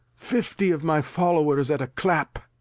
fifty of my followers at a clap!